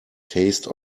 taste